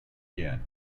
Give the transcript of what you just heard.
again